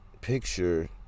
picture